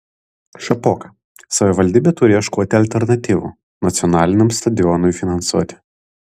šapoka savivaldybė turi ieškoti alternatyvų nacionaliniam stadionui finansuoti